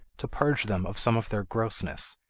to purge them of some of their grossness,